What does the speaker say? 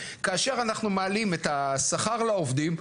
כאשר אנחנו מעלים את השכר לעובדים,